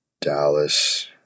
Dallas